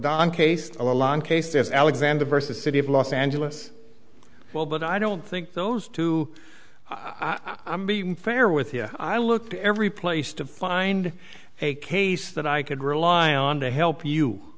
don castellon cases alexander versus city of los angeles well but i don't think those two i mean be fair with you i look to every place to find a case that i could rely on to help you